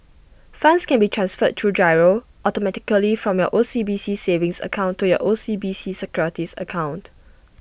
funds can be transferred through GIRO automatically from your O C B C savings account to your O C B C securities account